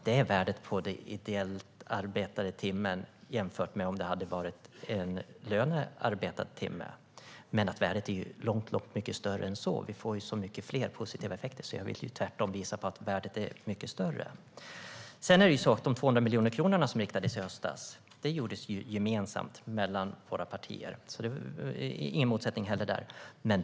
Det är värdet på den ideellt arbetade timmen jämfört med om det hade varit en lönearbetad timme. Men värdet är långt mycket större än så. Vi får många fler positiva effekter. Jag vill tvärtom visa på att värdet är mycket större. Sedan gäller det de 200 miljoner kronor som riktades till detta i höstas. Det gjordes gemensamt mellan våra partier. Det är ingen motsättning där heller.